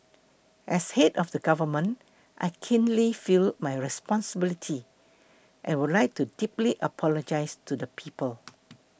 as head of the government I keenly feel my responsibility and would like to deeply apologise to the people